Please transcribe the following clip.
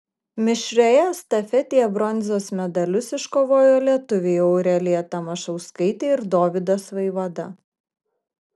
mišrioje estafetėje bronzos medalius iškovojo lietuviai aurelija tamašauskaitė ir dovydas vaivada